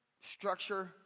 structure